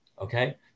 Okay